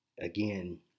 Again